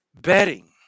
betting